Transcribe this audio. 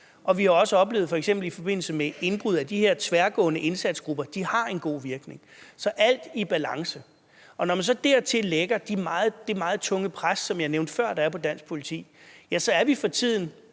Vi har jo også oplevet, f.eks. i forbindelse med indbrud, at de her tværgående indsatsgrupper har en god virkning. Så alt i balance. Når man så dertil lægger det meget tunge pres, som jeg nævnte før der er på dansk politi, ja, så er vi for tiden